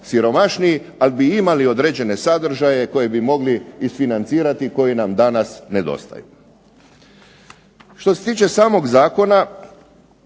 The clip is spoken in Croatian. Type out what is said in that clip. ali bi imali određene sadržaje koje bi mogli isfinancirati koji nam danas nedostaju. Što se tiče samog zakona